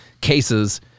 Cases